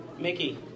Mickey